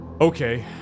Okay